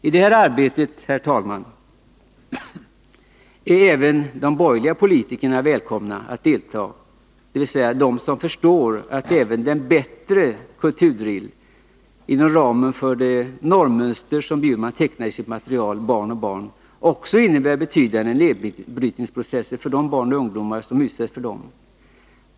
I detta arbete, herr talman, är även de borgerliga politikerna välkomna att delta, dvs. de som förstår att även den ”bättre” kulturdrill inom ramen för det normmönster som Eva Lis Bjurman tecknar i sitt material Barn och barn också innebär betydande nedbrytningsprocesser för de barn och ungdomar som utsätts för den.